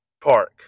Park